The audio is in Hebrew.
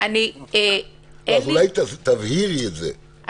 אולי תבהירי את זה,